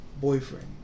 boyfriend